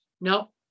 No